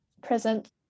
present